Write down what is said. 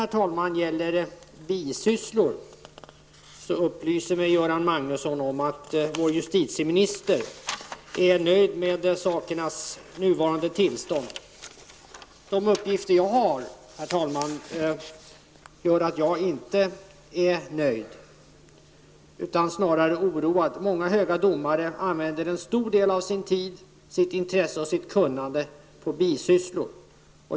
När det gäller domares bisysslor upplyste Göran Magnusson om att vår justitieminister är nöjd med nuvarande tillstånd. De uppgifter som jag har till mitt förfogande gör att jag inte är nöjd, utan snarare oroad. Många höga domare använder en stor del av sin tid, sitt intresse och sitt kunnande på bisysslor.